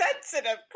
sensitive